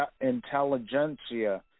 intelligentsia